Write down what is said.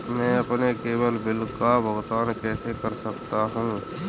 मैं अपने केवल बिल का भुगतान कैसे कर सकता हूँ?